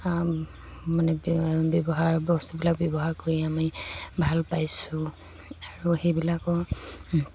মানে ব্যৱহাৰ বস্তুবিলাক ব্যৱহাৰ কৰি আমি ভাল পাইছোঁ আৰু সেইবিলাকৰ